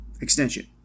extension